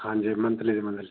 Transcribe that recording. ਹਾਂਜੀ ਮੰਥਲੀ ਦੀ ਮੰਥਲੀ